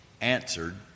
answered